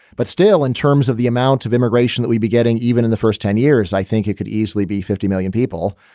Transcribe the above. but still, in terms of the amount of immigration that we be getting, even in the first ten years, i think it could easily be fifty million people.